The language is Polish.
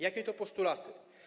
Jakie to postulaty?